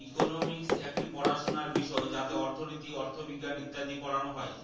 economics একটি পড়াশোনার বিষয় যাতে অর্থনীতি, অথবিজ্ঞান ইত্যাদি পড়ানো হয়